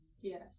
yes